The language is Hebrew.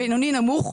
בינוני נמוך.